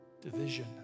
Division